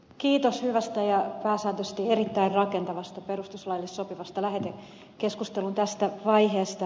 kiitos hyvästä ja pääsääntöisesti erittäin rakentavasta perustuslaille sopivasta lähetekeskustelun tästä vaiheesta